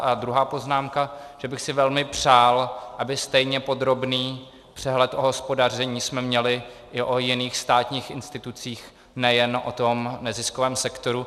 A druhá poznámka, že bych si velmi přál, abychom stejně podrobný přehled o hospodaření měli i o jiných státních institucích, ne jen o tom neziskovém sektoru.